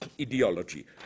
ideology